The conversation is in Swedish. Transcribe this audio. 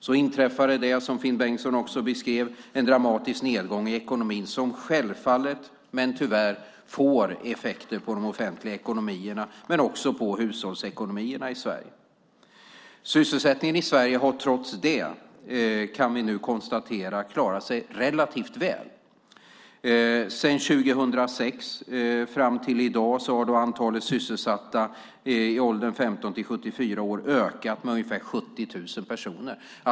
Så inträffade det som Finn Bengtsson beskrev, nämligen en dramatisk nedgång i ekonomin som självfallet tyvärr får effekter både på de offentliga ekonomierna och på hushållsekonomierna i Sverige. Sysselsättningen i Sverige har trots det klarat sig relativt väl, kan vi nu konstatera. Sedan 2006 fram till i dag har antalet sysselsatta i åldern 15-74 år ökat med ungefär 70 000 personer.